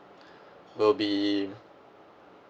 will be